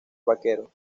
vaquero